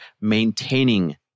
maintaining